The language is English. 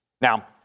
Now